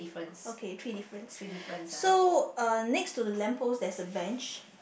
okay three difference so uh next to the lamp post there is a bench